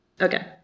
Okay